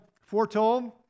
Foretold